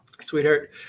sweetheart